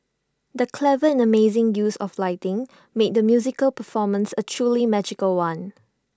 the clever and amazing use of lighting made the musical performance A truly magical one